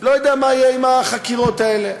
לא יודע מה יהיה עם החקירות האלה.